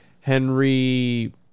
Henry